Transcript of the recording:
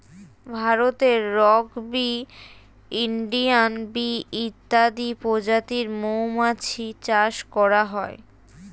ভারতে rock bee, Indian bee ইত্যাদি প্রজাতির মৌমাছি চাষ করা হয়